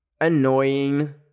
annoying